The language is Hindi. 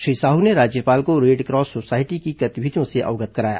श्री साहू ने राज्यपाल को रेडक्रॉस सोसायटी की गतिविधियों से अवगत कराया